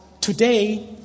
today